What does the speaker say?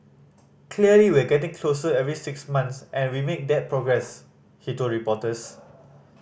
clearly we getting closer every six month and we make that progress he told reporters